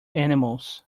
animals